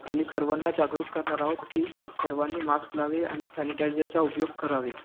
आणि सर्वांना जागरूक करणार आहोत की सर्वांनी मास्क लावावे आणि सॅनीटाईजरचा उपयोग करावे